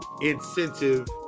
incentive